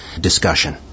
discussion